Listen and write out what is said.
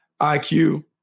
IQ